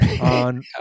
on